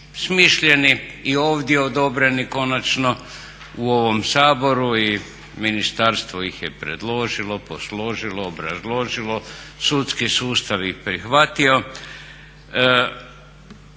smišljeni i ovdje odobreni konačno u ovom Saboru i ministarstvo ih je predložilo, posložilo, obrazložilo, sudski sustav ih prihvatio.